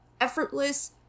effortless